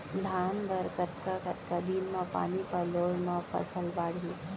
धान बर कतका कतका दिन म पानी पलोय म फसल बाड़ही?